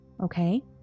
okay